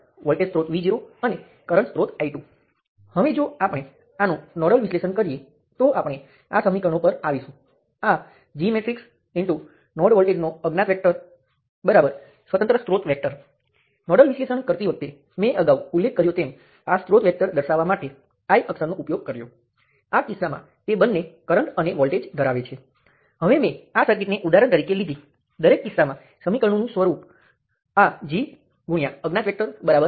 મારે એક સમયે એક સ્ત્રોત લેવાની જરૂર નથી હું એક સમયે એકથી વધુ સ્ત્રોત લઈ શકું અને આમ કરતી વખતે મે લીધેલાં તમામ કેસોમાં મારે કોઈપણ સ્ત્રોતને બે વાર ગણવા જોઈએ નહીં અને મારે તમામ સ્રોતોને સંપૂર્ણપણે આવરી લેવા જોઈએ